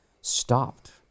stopped